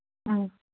ꯑ